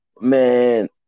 man